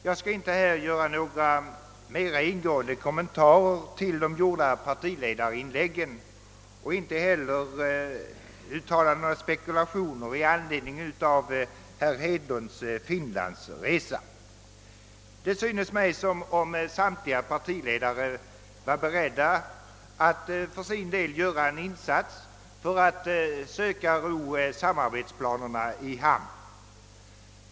Jag skall inte här göra några mera ingående kommentarer till partiledarinläggen och inte heller uttala några spekulationer med anledning av herr Hedlunds finlandsresa. Det förefaller som om samtliga partiledare var beredda att för sin del göra en insats för att söka ro samarbetsplanerna i hamn.